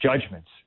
judgments